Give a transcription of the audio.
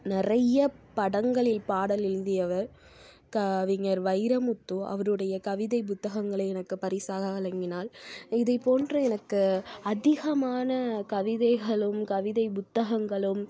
நிறைய படங்களில் பாடல் எழுதியவர் கவிஞர் வைரமுத்து அவருடைய கவிதைப் புத்தகங்களை எனக்கு பரிசாக வழங்கினாள் இதைப்போன்று எனக்கு அதிகமான கவிதைகளும் கவிதை புத்தகங்களும்